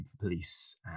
police